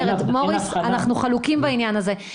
מוריס, אנחנו חלוקים בעניין הזה.